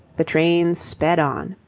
the train sped on.